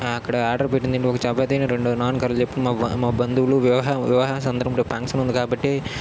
అక్కడ ఆర్డర్ పెట్టిందేంటి ఒక చపాతీ రెండు నాన్ కర్రీలు మా బం మా బంధువులు వివాహ వివాహ సందర్భం ఫంక్షన్ ఉంది కాబట్టి